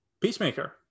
Peacemaker